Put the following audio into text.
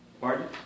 Pardon